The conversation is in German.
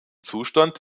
zustand